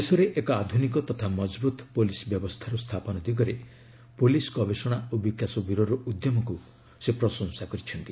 ଦେଶରେ ଏକ ଆଧୁନିକ ତଥା ମଜଭୁତ ପୁଲିସ ବ୍ୟବସ୍ଥାର ସ୍ଥାପନ ଦିଗରେ ପୁଲିସ ଗବେଷଣା ଓ ବିକାଶ ବ୍ୟୁରୋର ଉଦ୍ୟମକୁ ସେ ପ୍ରଶଂସା କରିଛନ୍ତି